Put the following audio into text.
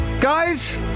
Guys